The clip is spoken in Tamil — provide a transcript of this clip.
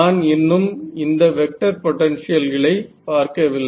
நான் இன்னும் இந்த வெக்டர் பொட்டென்ஷியல்களை பார்க்கவில்லை